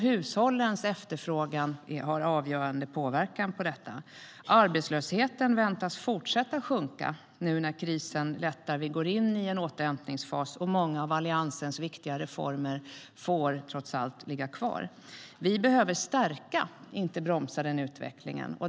Hushållens efterfrågan har avgörande påverkan på detta. Arbetslösheten väntas fortsätta att sjunka när krisen nu lättar, vi går in i en återhämtningsfas, och många av Alliansens viktiga reformer får trots allt ligga kvar. Vi behöver stärka, inte bromsa, den utvecklingen.